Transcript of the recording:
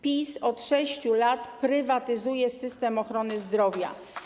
PiS od 6 lat prywatyzuje system ochrony zdrowia.